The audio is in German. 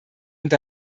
und